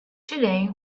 today